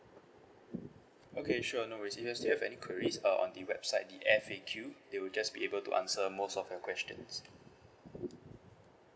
okay sure no worries if you have still have any queries uh on the website the F_A_Q it will just be able to answer most of your questions